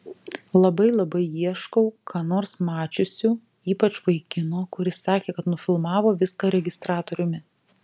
labai labai ieškau ką nors mačiusių ypač vaikino kuris sakė kad nufilmavo viską registratoriumi